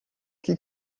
que